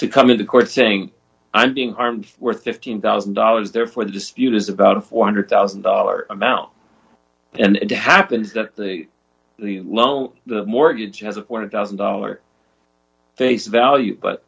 to come into court saying i'm being harmed worth fifteen thousand dollars therefore the dispute is about a four hundred thousand dollars amount and happens that the loan the mortgage has one of one thousand dollars face value but